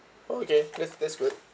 okay that's that's good